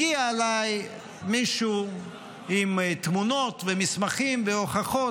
הגיע אליי מישהו עם תמונות ומסמכים והוכחות